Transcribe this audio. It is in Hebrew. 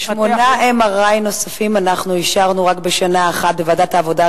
שמונה MRI נוספים אנחנו אישרנו רק בשנה אחת בוועדת העבודה,